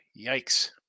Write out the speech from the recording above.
Yikes